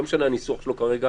לא משנה הניסוח שלו כרגע,